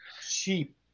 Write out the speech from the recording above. sheep